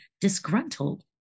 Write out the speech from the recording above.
disgruntled